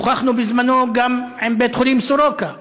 שוחחנו בזמנו גם עם בית החולים סורוקה,